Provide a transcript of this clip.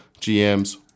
gms